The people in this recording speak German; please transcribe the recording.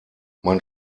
man